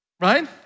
Right